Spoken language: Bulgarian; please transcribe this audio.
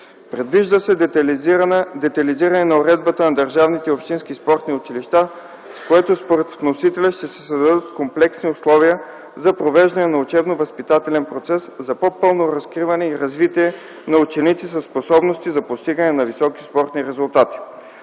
Предвижда се детайлизиране на уредбата на държавните и общински спортни училища, с което според вносителя ще се създадат комплексни условия за провеждане на учебно възпитателен процес за по-пълно разкриване и развитие на ученици със способности за постигане на високи спортни резултати.